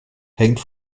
hängt